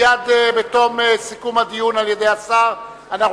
מייד בתום סיכום הדיון על-ידי השר אנחנו